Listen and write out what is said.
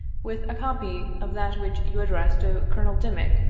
with a copy of that which you addressed to col. dimick,